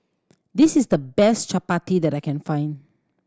this is the best Chapati that I can find